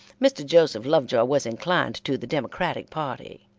mr. joseph lovejoy was inclined to the democratic party,